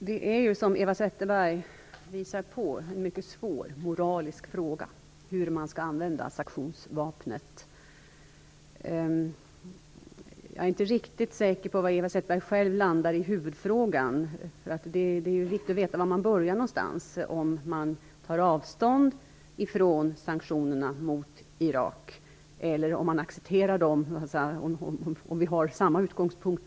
Fru talman! Hur man skall använda sanktionsvapnet är, som Eva Zetterberg säger, en mycket svår moralisk fråga. Jag är inte riktigt säker på var Eva Zetterberg själv landar i huvudfrågan. Det är viktigt att veta var man skall börja, alltså om man tar avstånd från sanktionerna mot Irak eller om man accepterar dem, om vi har samma utgångspunkt.